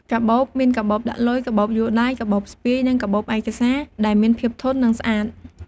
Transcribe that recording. កាបូប មានកាបូបដាក់លុយ កាបូបយួរដៃ កាបូបស្ពាយ និងកាបូបឯកសារ ដែលមានភាពធន់ និងស្អាត។